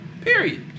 Period